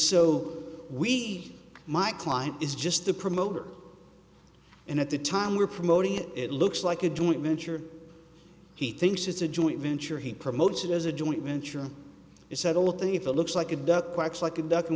so we my client is just the promoter and at the time we're promoting it it looks like a joint venture he thinks it's a joint venture he promotes it as a joint venture he said all of the if it looks like a duck quacks like a duck and